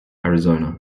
arizona